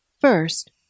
First